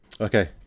Okay